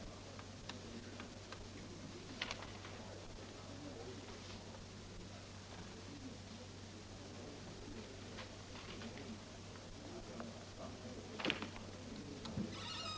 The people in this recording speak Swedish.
12 december 1975